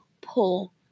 pull